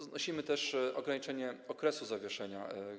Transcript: Znosimy też ograniczenie okresu zawieszenia.